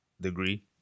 degree